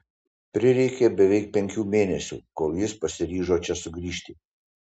prireikė beveik penkių mėnesių kol jis pasiryžo čia sugrįžti